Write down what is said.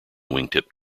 wingtip